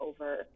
over